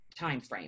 timeframe